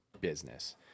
business